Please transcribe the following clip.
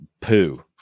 poo